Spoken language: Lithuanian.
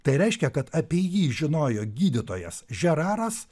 tai reiškia kad apie jį žinojo gydytojas žeraras